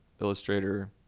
illustrator